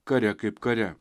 kare kaip kare